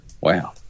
wow